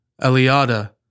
Eliada